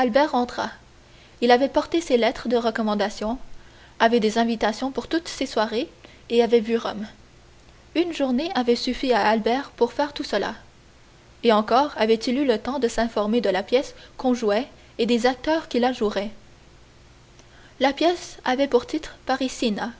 il avait porté ses lettres de recommandation avait des invitations pour toutes ses soirées et avait vu rome une journée avait suffi à albert pour faire tout cela et encore avait-il eu le temps de s'informer de la pièce qu'on jouait et des acteurs qui la joueraient la pièce avait pour titre parisiana